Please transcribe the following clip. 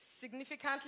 significantly